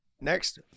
Next